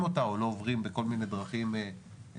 אותה או לא עוברים בכל מיני דרכים מתוחכמות.